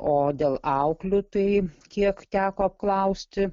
o dėl auklių tai kiek teko apklausti